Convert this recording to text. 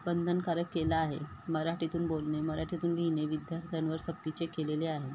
बंधनकारक केला आहे मराठीतून बोलणे मराठीतून लिहिणे विद्यार्थ्यांवर सक्तीचे केलेले आहे